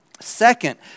Second